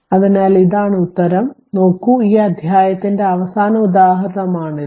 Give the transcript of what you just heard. അതിനാൽ ഇതാണ് ഉത്തരം നോക്കൂ ഈ അധ്യായത്തിന്റെ അവസാന ഉദാഹരണമാണിത്